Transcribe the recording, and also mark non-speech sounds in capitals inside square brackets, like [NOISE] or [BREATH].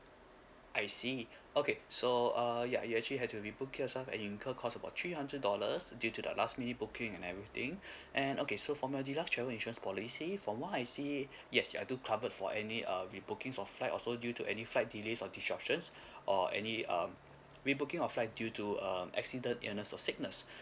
I see okay so uh ya you actually had to rebooked it yourself and incur cost about three hundred dollars due to the last minute booking and everything [BREATH] and okay so for my deluxe travel insurance policy from what I see yes you're do covered for any uh rebooking of flight also due to any flight delays or disruptions or any um rebooking of flight due to um accident illness or sickness